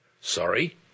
Sorry